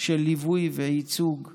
של ליווי וייצוג צה"לי,